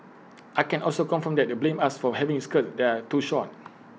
I can also confirm that they blamed us for having skirts that are too short